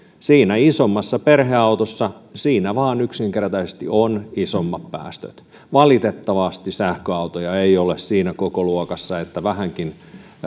siinä isommassa perheautossa vain yksinkertaisesti on isommat päästöt valitettavasti sähköautoja ei ole siinä kokoluokassa että vähänkin